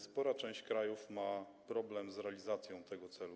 Spora część krajów ma problem z realizacją tego celu.